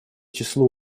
число